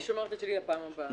אני שומרת את שלי לפעם הבאה.